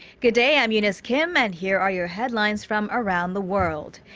good day. i'm eunice kim. and here are your headlines from around the world.